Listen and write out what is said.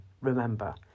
remember